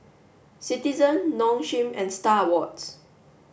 citizen Nong Shim and Star Awards